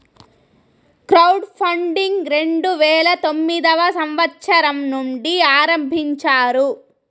crowd funding రెండు వేల తొమ్మిదవ సంవచ్చరం నుండి ఆరంభించారు